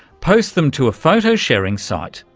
posts them to a photo-sharing site,